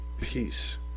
peace